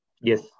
Yes